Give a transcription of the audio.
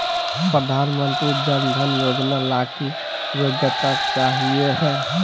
प्रधानमंत्री जन धन योजना ला की योग्यता चाहियो हे?